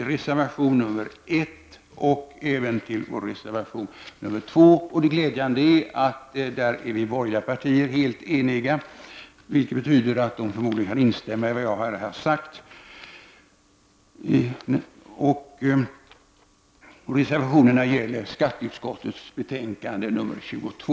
Det är glädjande att de borgerliga partierna är helt eniga i fråga om reservation 2, vilket betyder att de andra borgerliga partiernas representanter förmodligen kan instämma i vad jag har sagt. Reservationerna gäller skatteutskottets betänkande 22.